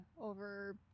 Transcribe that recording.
over